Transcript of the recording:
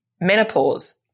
menopause